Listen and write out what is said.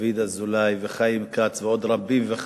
דוד אזולאי וחיים כץ ועוד חברים רבים,